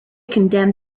condemned